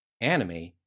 anime